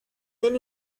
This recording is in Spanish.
del